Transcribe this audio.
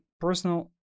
personal